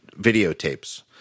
videotapes